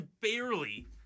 barely